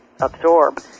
absorb